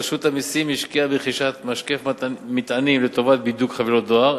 רשות המסים השקיעה ברכישת משקף מטענים לטובת בידוק חבילות דואר.